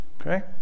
okay